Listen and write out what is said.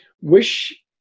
wish